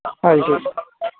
ആ അതുശരി